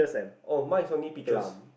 oh mine is only peaches